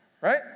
right